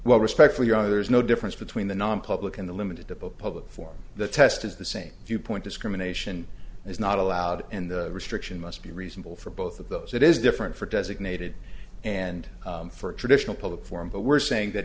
well respect for your honor there is no difference between the nonpublic and the limited to the public for the test is the same viewpoint discrimination is not allowed and the restriction must be reasonable for both of those it is different for designated and for a traditional public forum but we're saying that